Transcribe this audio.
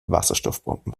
wasserstoffbomben